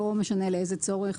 לא משנה לאיזה צורך.